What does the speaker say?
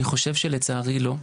אני חושב שלצערי לא.